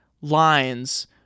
Lines